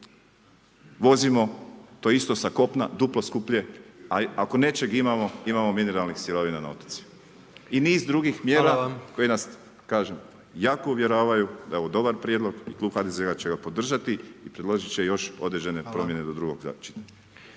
Vozimo to isto sa kopna duplo skuplje, ako nečeg imamo, imamo mineralnih sirovina na otocima. I niz drugih mjera koje nas kažem, jako uvjeravaju da je ovo dobar prijedlog, klub HDZ-a će ga podržati i priložit će još određene promjene do drugoga čitanja.